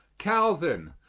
calvin,